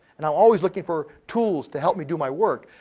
and i'm always looking for tools to help me do my work.